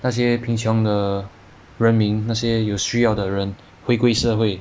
那些贫穷的人民那些有需要的人回馈社会